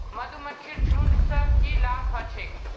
मधुमक्खीर झुंड स की लाभ ह छेक